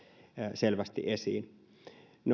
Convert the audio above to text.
selvästi esiin